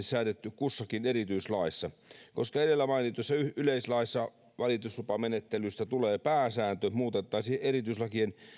säädetty kussakin erityislaissa koska edellä mainituissa yleislaeissa valituslupamenettelystä tulee pääsääntö muutettaisiin erityislakien